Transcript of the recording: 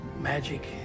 magic